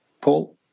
Paul